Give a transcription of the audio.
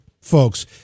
folks